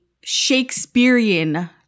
shakespearean